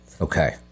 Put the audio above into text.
Okay